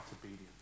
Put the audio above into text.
obedience